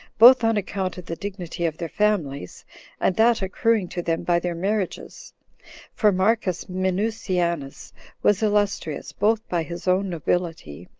both on account of the dignity of their families and that accruing to them by their marriages for marcus minucianus was illustrious, both by his own nobility,